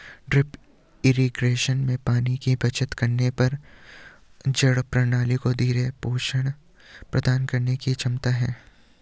drip irrigation में पानी की बचत करने और जड़ प्रणाली को धीरे धीरे पोषण प्रदान करने की क्षमता है